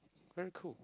very cool